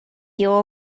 your